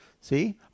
See